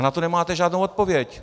Na to nemáte žádnou odpověď.